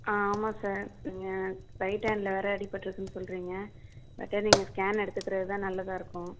ஆ ஆமாம் சார் நீங்கள் ரைட் ஹேண்டில் வேறு அடிபட்டிருக்குன்னு சொல்கிறீங்க பெட்டர் நீங்கள் ஸ்கேன் எடுத்துக்கிறது தான் நல்லதா இருக்கும்